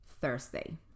Thursday